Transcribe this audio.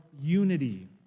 unity